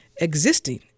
existing